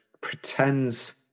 pretends